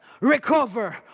recover